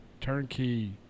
turnkey